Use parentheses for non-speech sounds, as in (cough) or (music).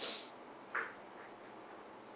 (breath)